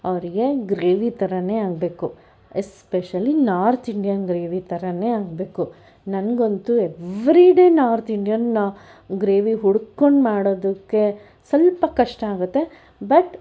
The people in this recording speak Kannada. ಅವರಿಗೆ ಗ್ರೇವಿ ಥರಾನೇ ಆಗಬೇಕು ಎಸ್ಪೆಶಿಯಲಿ ನಾರ್ತ್ ಇಂಡಿಯನ್ ಗ್ರೇವಿ ಥರಾನೇ ಆಗಬೇಕು ನನಗಂತೂ every day north Indian gravy ಹುಡುಕ್ಕೊಂಡು ಮಾಡೋದಕ್ಕೆ ಸ್ವಲ್ಪ ಕಷ್ಟ ಆಗುತ್ತೆ ಬಟ್